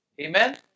Amen